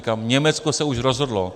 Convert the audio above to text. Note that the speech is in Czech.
Říkám, Německo se už rozhodlo.